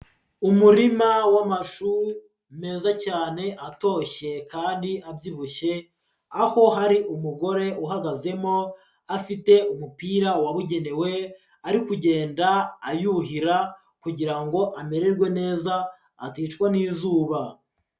Umurima w'amashu meza cyane atoshye kandi abyibushye, aho hari umugore uhagazemo afite umupira wabugenewe ari kugenda ayuhira kugira ngo amererwe neza aticwa n'izuba.